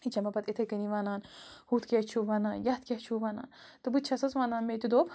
یہِ چھےٚ مےٚ پَتہٕ یِتھَے کٔنی وَنان ہُتھ کیٛاہ چھُو وَنان یَتھ کیٛاہ چھُو وَنان تہٕ بہٕ تہِ چھَسَس وَنان مےٚ تہِ دوٚپ